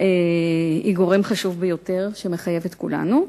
היא גורם חשוב ביותר, שמחייב את כולנו.